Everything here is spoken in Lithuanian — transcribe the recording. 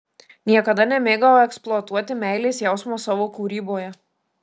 niekada nemėgau eksploatuoti meilės jausmo savo kūryboje